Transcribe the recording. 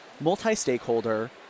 multi-stakeholder